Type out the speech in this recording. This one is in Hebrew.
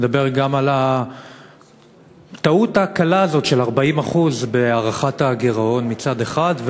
אני מדבר גם על הטעות הקלה הזו של ה-40% בהערכת הגירעון מצד אחד,